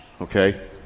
okay